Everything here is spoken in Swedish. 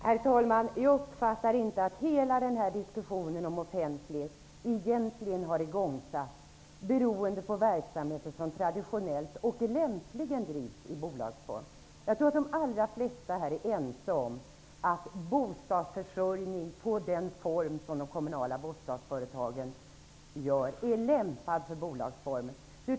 Herr talman! Jag uppfattar inte att den här diskussionen om offentlighet har igångsatts beroende på verksamheter som traditionellt och lämpligen drivs i bolagsform. Jag tror att de allra flesta här är ense om att bostadsförsörjning i den form som de kommunala bostadsföretagen utgör är lämpad för bolagsform.